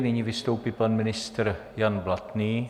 Nyní vystoupí pan ministr Jan Blatný.